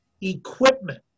Equipment